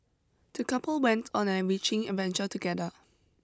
the couple went on an enriching adventure together